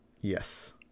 Yes